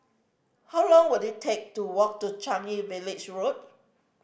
how long will it take to walk to Changi Village Road